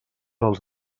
als